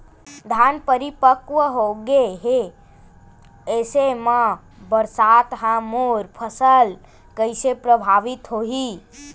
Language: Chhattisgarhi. धान परिपक्व गेहे ऐसे म बरसात ह मोर फसल कइसे प्रभावित होही?